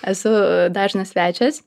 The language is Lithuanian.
esu dažnas svečias